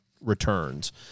returns